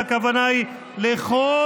שהכוונה היא לכל,